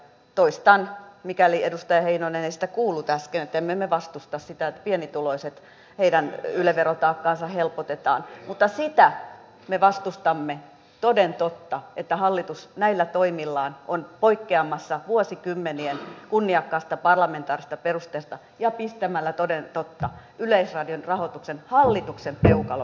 toistan mikäli edustaja heinonen ei sitä kuullut äsken että emme me vastusta sitä että pienituloisten yle verotaakkaa helpotetaan mutta sitä me vastustamme toden totta että hallitus näillä toimillaan on poikkeamassa vuosikymmenien kunniakkaasta parlamentaarisesta perusteesta pistämällä toden totta yleisradion rahoituksen hallituksen peukalon alle